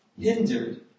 hindered